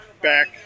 back